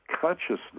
consciousness